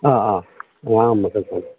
ꯑꯥ ꯑꯥ ꯑꯉꯥꯡ ꯑꯃꯈꯛꯇꯅꯤ